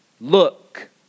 look